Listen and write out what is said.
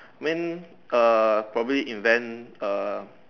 when err probably invent err